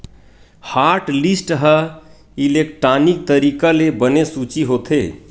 hotlist ह electronic तरीका ले बने सूची होथे